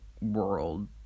world